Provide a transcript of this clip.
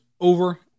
over